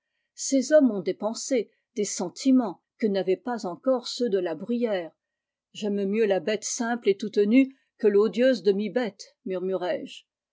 ces hommes ont des pensées des sentiments que n'avaient pas encore ceux de la bruyère j'aime mieux la bêle simple et toute nue que todieuse demi bête murmurai-je